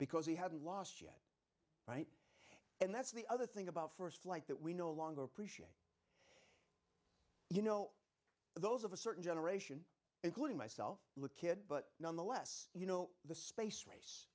because he hadn't lost yet right and that's the other thing about st flight that we no longer appreciate you know those of a certain generation including myself look kid but nonetheless you know the space race